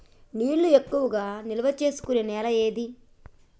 నీళ్లు ఎక్కువగా నిల్వ చేసుకునే నేల ఏది?